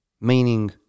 meaning